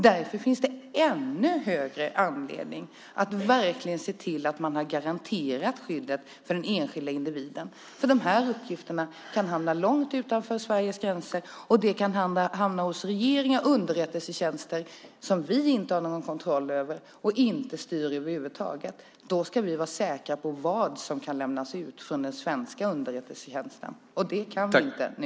Därför finns det ännu större anledning att verkligen se till att man har garanterat skyddet för den enskilde individen. De här uppgifterna kan hamna långt utanför Sveriges gränser, och de kan hamna hos regeringar och underrättelsetjänster som vi inte har någon kontroll över och inte styr över huvud taget. Då ska vi vara säkra på vad som kan lämnas ut från den svenska underrättelsetjänsten, och det kan vi inte vara nu.